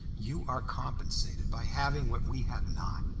you are compensated by having what we have not.